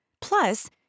Plus